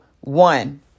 one